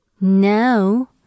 No